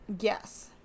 Yes